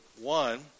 one